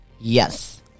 Yes